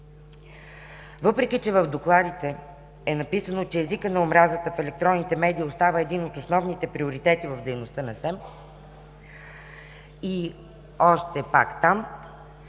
Въпреки, че в докладите е написано, че „езикът на омразата в електронните медии остава един от основните приоритети в дейността на СЕМ“ и още пак там: